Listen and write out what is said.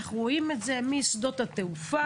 אנחנו רואים את זה משדות התעופה,